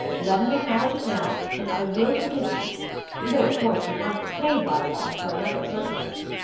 let him acknowledge it now, and i will forgive him though of course he must pay bywater for another surplice.